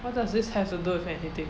what does this have to do with anything